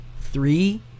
three